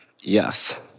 yes